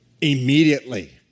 Immediately